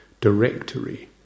directory